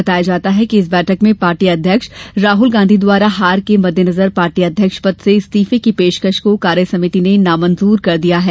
बताया जाता है कि इस बैठक में पार्टी अध्यक्ष राहुल गांधी द्वारा हार के मद्दे नजर पार्टी अध्यक्ष पद से इस्तीफे की पेशकस को कार्य समिति ने नामंजूर कर दिया है